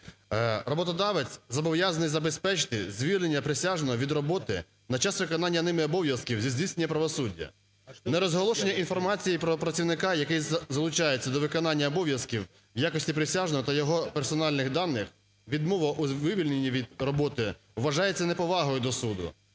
"Роботодавець зобов'язаний забезпечити: звільнення присяжного від роботи на час виконання ними обов'язків зі здійснення правосуддя; нерозголошення інформації про працівника, який залучається до виконання обов'язків в якості присяжного та його персональних даних. Відмова у вивільненні від роботи вважається неповагою до суду.